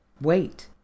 wait